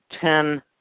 ten